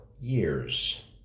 years